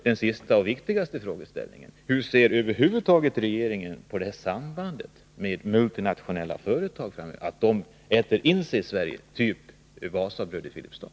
Den viktigaste frågeställningen är dock: Hur ser regeringen över huvud taget på att multinationella företag äter in sig i Sverige, typ Wasabröd i Filipstad?